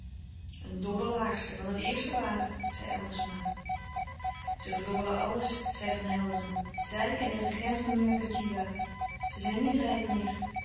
een dobbelaarster van het eerste water zei eldersma ze verdobbelen alles zei van helderen zij en de regent van ngadjiwa ze zijn niet rijk meer